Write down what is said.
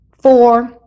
four